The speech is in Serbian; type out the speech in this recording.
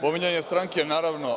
Pominjanje stranke, naravno.